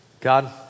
God